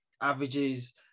averages